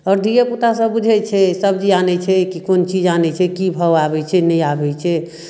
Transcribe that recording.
आओर धियोपुता सब बुझय छै सब्जी आनय छै कि कोन चीज आनय छै की भाव आबय छै नहि आबय छै